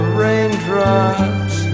raindrops